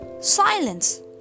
silence